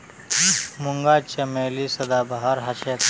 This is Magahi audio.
मूंगा चमेली सदाबहार हछेक